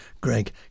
Greg